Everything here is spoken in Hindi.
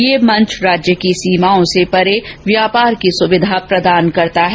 यह मंच राज्य की सीमाओं से परे व्यापार की सुविधा प्रदान करता है